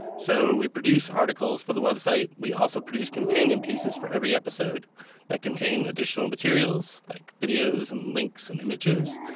so, we produce articles for the website. we also produce companion pieces for every episode that contain additional materials, like videos and links and images.